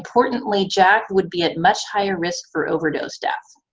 importantly, jack would be at much higher risk for overdose death.